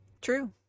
True